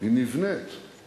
היא נבנית, היא נבנית.